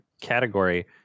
category